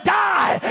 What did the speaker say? die